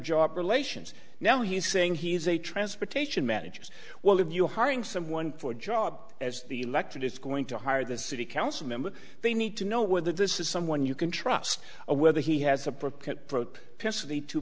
relations now he's saying he's a transportation manager's well if you're hiring someone for a job as the elected it's going to hire the city council member they need to know whether this is someone you can trust or whether he has a